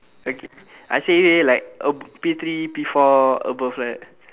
okay I say like uh P three P four above like that